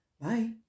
bye